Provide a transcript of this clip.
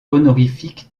honorifique